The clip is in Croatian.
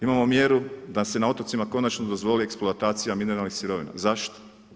Imamo mjeru da se na otocima konačno dozvoli eksploatacija mineralnih sirovina, zašto?